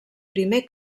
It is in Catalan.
primer